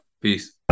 peace